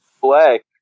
play